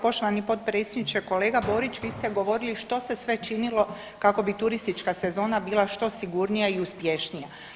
Poštovani potpredsjedniče, kolega Borić vi ste govorili što se sve činilo kako bi turistička sezona bila što sigurnija i uspješnija.